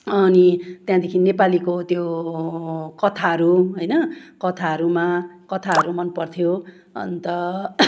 अनि त्यहाँदेखि नेपालीको त्यो कथाहरू होइन कथाहरूमा कथाहरू मन पर्थ्यो अन्त